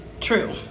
true